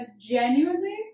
genuinely